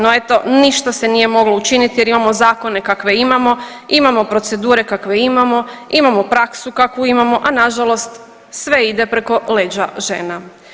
No, eto ništa se nije moglo učiniti jer imamo zakone kakve imamo, imamo procedure kakve imamo, imamo praksu kakvu imamo, a nažalost sve ide preko leđa žena.